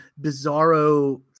bizarro